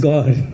God